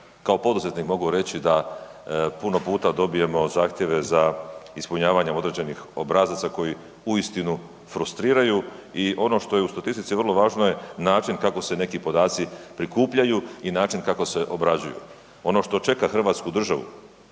Kao poduzetnik mogu reći da puno puta dobijemo zahtjeve za ispunjavanjem određenih obrazaca koji uistinu frustriraju i ono što je u statistici vrlo važno je način kako se neki podaci prikupljaju i način kako se obrađuju. Ono što čeka Hrvatsku državu